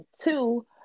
two